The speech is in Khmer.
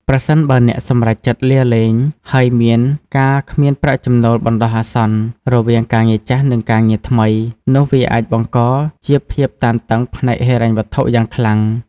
ប្រសិនបើអ្នកសម្រេចចិត្តលាលែង ហើយមាន ការគ្មានប្រាក់ចំណូលបណ្ដោះអាសន្ន រវាងការងារចាស់ និងការងារថ្មី នោះវាអាចបង្កជា ភាពតានតឹងផ្នែកហិរញ្ញវត្ថុ យ៉ាងខ្លាំង។